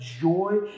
joy